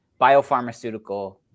biopharmaceutical